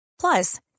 Plus